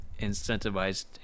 incentivized